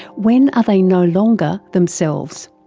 when are they no longer themselves?